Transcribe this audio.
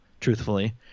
truthfully